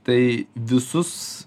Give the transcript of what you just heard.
tai visus